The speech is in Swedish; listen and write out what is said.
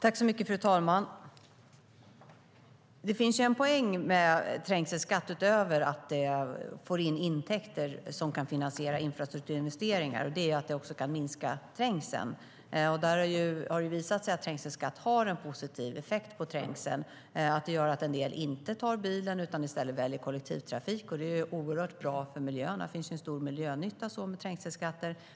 Fru talman! Det finns en poäng med trängselskatt, utöver att man får in intäkter som kan finansiera infrastrukturinvesteringar, och det är att den också kan minska trängseln. Det har visat sig att trängselskatt har en positiv effekt på trängseln. Den gör att en del inte tar bilen utan i stället väljer kollektrafiken, vilket är oerhört bra för miljön. Där finns det en stor miljönytta med trängselskatten.